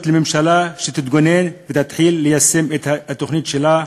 לממשלה שתתכונן ותתחיל ליישם את התוכנית שלה,